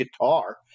guitar